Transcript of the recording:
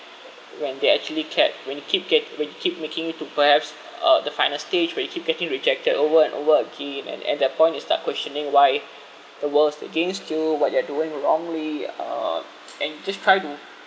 when they actually kept when you keep get when you keep making it to perhaps uh the final stage where you keep getting rejected over and over again and at that point you start questioning why the world is against you what you are doing wrongly uh and just try to